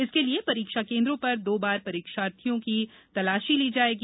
इसके लिए परीक्षा केन्द्रों पर दो बार परीक्षार्थी की तलाशी ली जायेगी